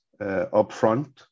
upfront